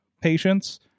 patients